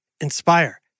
Inspire